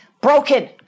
broken